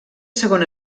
segona